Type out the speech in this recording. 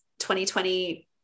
2020